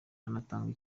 hanatangwa